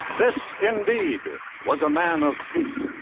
this indeed was a man of peace.